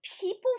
people